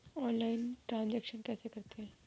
Online transaction कैसे करते हैं?